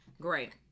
Great